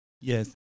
Yes